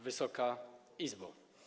Wysoka Izbo!